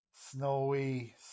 snowy